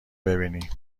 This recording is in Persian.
ببینی